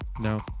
No